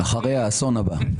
אחרי האסון הבא.